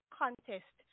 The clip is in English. contest